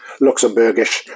Luxembourgish